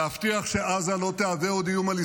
לך עד הסוף.